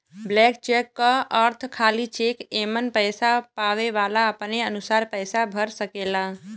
blank cheque क अर्थ खाली चेक एमन पैसा पावे वाला अपने अनुसार पैसा भर सकेला